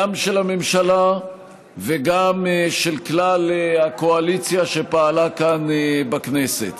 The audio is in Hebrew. גם של הממשלה וגם של כלל הקואליציה שפעלה כאן בכנסת.